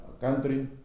country